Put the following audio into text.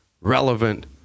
relevant